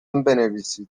بنویسید